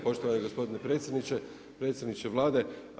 Poštovani gospodine predsjedniče, predsjedniče Vlade.